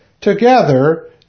Together